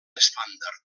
estàndard